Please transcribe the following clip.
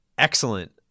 Excellent